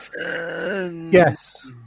Yes